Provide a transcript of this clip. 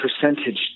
percentage